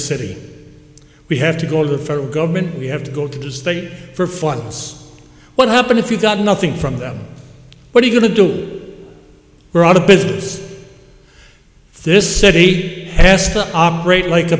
city we have to go to the federal government we have to go to the state for funds what happens if you got nothing from them what are you going to do we're out of business this city has to operate like a